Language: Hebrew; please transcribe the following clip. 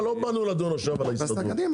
אבל לא באנו לדון עכשיו על ההסתדרות.